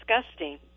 disgusting